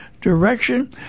direction